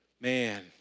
man